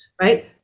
right